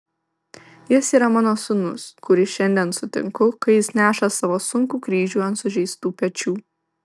jis yra mano sūnus kurį šiandien sutinku kai jis neša savo sunkų kryžių ant sužeistų pečių